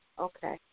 Okay